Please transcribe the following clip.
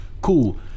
cool